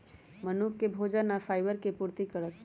मनुख के भोजन आ फाइबर के पूर्ति करत